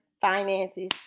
finances